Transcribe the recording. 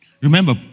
Remember